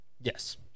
Yes